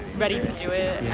ready to do it